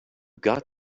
got